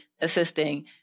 assisting